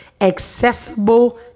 accessible